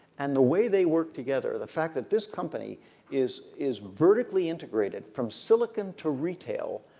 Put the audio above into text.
and the way they work together the fact that this company is is vertically integrated from silicon to retail,